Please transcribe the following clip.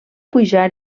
pujar